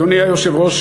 אדוני היושב-ראש,